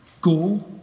Go